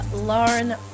Lauren